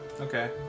okay